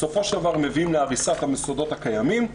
ובסופו של דבר מביאים להריסת המוסדות הקיימים,